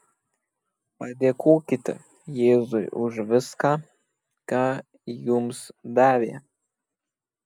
padėkokite jėzui už viską ką jums davė